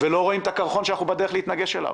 ולא רואים את הקרחון שאנחנו בדרך להתנגש בו.